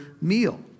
meal